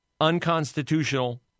Unconstitutional